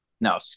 No